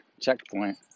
checkpoint